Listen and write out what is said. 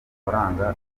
amafaranga